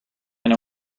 know